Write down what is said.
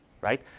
right